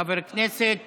חברי הכנסת סובה,